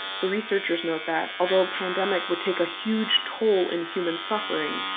the researchers note that. although a pandemic would take a huge toll in human suffering,